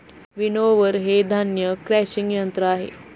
winnower हे धान्य crushing यंत्र आहे